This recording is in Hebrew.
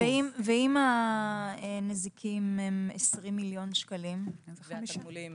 ואם הנזיקין הם 20 מיליון שקלים והתגמולים